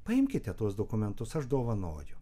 paimkite tuos dokumentus aš dovanoju